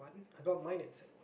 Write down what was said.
I got mine at sec